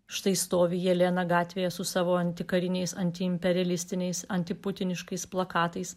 štai stovi jelena gatvėje su savo antikariniais anti imperialistiniais anti putiniškais plakatais